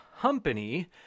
company